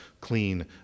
clean